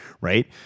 right